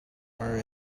are